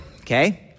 okay